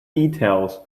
details